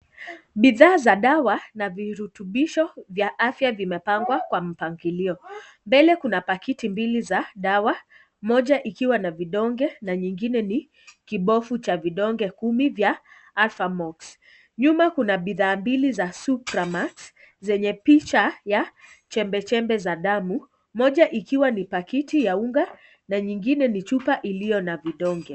Bidhaa za dawa na virutubisho vya afya vimepangwa kwa mpangilio. Mbele kuna pakiti mbili za dawa, moja ikiwa na vidonge na nyingine ni kibofu cha vidonge kumi vya Alphamox. Nyuma kuna bidhaa mbili za Supramax, zenye picha ya chembechembe za damu, moja ikiwa ni pakiti ya unga na nyingine ni chupa iliyo na vidonge.